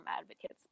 advocates